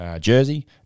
jersey